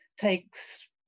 Takes